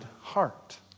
heart